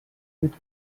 with